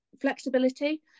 flexibility